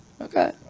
Okay